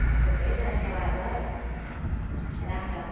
अस्तु तर्हि धन्यवादः रां राम्